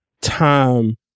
time